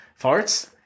Farts